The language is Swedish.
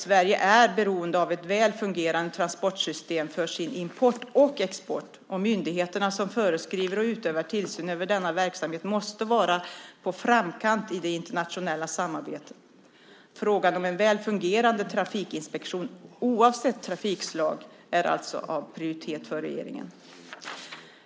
Sverige är beroende av ett väl fungerande transportsystem för sin import och export, och myndigheterna som föreskriver och utövar tillsyn över denna verksamhet måste vara på framkant i det internationella samarbetet. Frågan om en väl fungerande trafikinspektion, oavsett trafikslag, är alltså av prioritet för regeringen.